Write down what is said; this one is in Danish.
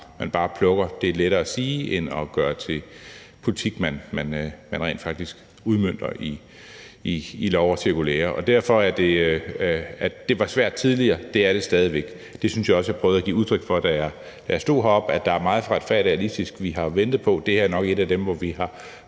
man bare plukker. Det er lettere at sige det end at gøre det til en politik, man rent faktisk udmønter i lov og cirkulære. Det var svært tidligere, og det er det stadig væk. Det synes jeg også jeg prøvede at give udtryk for, da jeg stod heroppe. Der er meget fra »Retfærdig og realistisk«, vi har ventet på, men det her er nok noget af det, som vi har